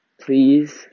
please